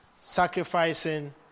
sacrificing